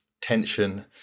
tension